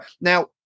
Now